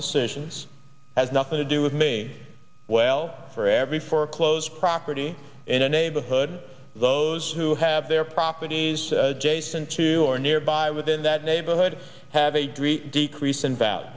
decisions has nothing to do with me well for every foreclosed property in a neighborhood those who have their properties jason two or nearby within that neighborhood have a decreas